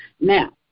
Now